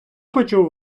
почув